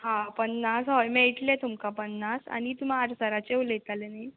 हा पन्नास हय मेळटलें तुमकां पन्नास आनी तुम आडसाराचें उलयताले न्ही